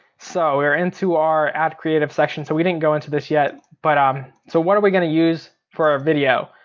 so we're into our ad creative section, so we didn't go into this yet. but um so what are we gonna use for our video?